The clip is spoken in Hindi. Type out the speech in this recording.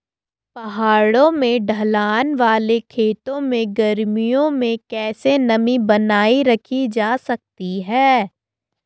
पहाड़ों में ढलान वाले खेतों में गर्मियों में कैसे नमी बनायी रखी जा सकती है?